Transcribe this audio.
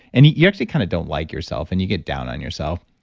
and you you actually kind of don't like yourself. and you get down on yourself.